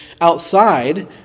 outside